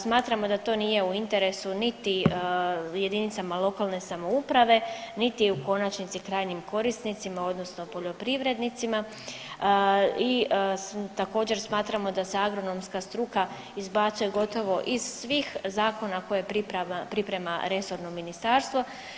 Smatramo da to nije u interesu niti jedinicama lokalne samouprave niti u konačnici, trajnim korisnicima, odnosno poljoprivrednicima i također, smatramo da se agronomska struka izbacuje gotovo iz svih zakona koje priprema resorno ministarstvo.